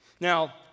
Now